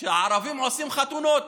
שהערבים עושים חתונות,